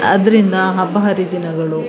ಆದ್ದರಿಂದ ಹಬ್ಬ ಹರಿದಿನಗಳು